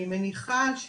אני מניחה,